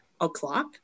o'clock